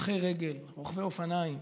הולכי רגל, רוכבי אופניים.